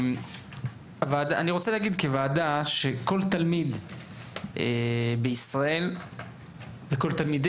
אני רוצה להגיד כוועדה שכל תלמידי ישראל שווים,